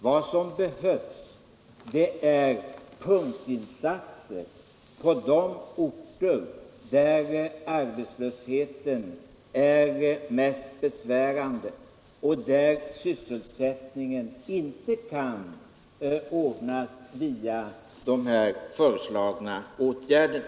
Vad som behövs är punktinsatser på de orter där arbetslösheten är mest besvärande och där sysselsättningen inte kan ordnas via de av reservanterna föreslagna åtgärderna.